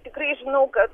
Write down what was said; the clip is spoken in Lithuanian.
tikrai žinau kad